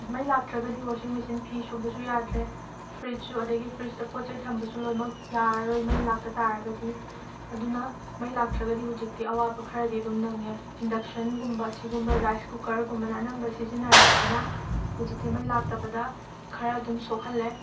ꯃꯩ ꯂꯥꯛꯇ꯭ꯔꯒꯗꯤ washing machine ꯐꯤ ꯁꯨꯕꯁꯨ ꯌꯥꯗ꯭ꯔꯦ ꯐ꯭ꯔꯤꯖꯁꯨ ꯑꯗꯒꯤ ꯐ꯭ꯔꯤꯖꯇ ꯄꯣꯠ ꯆꯩ ꯊꯝꯕꯁꯨ ꯂꯣꯏꯅꯃꯛ ꯌꯥꯔꯔꯣꯏ ꯃꯩ ꯂꯥꯛꯇꯕ ꯇꯥꯔꯒꯗꯤ ꯑꯗꯨꯅ ꯃꯩ ꯂꯥꯛꯇ꯭ꯔꯒꯗꯤ ꯍꯧꯖꯤꯛꯇꯤ ꯑꯋꯥꯕ ꯈꯔꯗꯤ ꯑꯗꯨꯝ ꯅꯪꯉꯦ ꯏꯟꯗꯛꯁꯟꯒꯨꯝꯕ ꯁꯤꯒꯨꯝꯕ ꯔꯥꯏꯁ ꯀꯨꯀꯔꯒꯨꯝꯕꯅ ꯑꯅꯝꯕ ꯁꯤꯖꯤꯟꯅꯔꯕꯅꯤꯅ ꯍꯧꯖꯤꯛꯇꯤ ꯃꯩ ꯂꯥꯛꯇꯕꯗ ꯈꯔ ꯑꯗꯨꯝ ꯁꯣꯛꯍꯜꯂꯦ